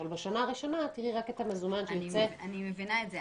אבל בשנה הראשונה את תראי רק את המזומן שהוצאת --- אני מבינה את זה.